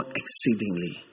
exceedingly